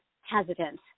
hesitant